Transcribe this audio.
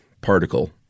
particle